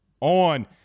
on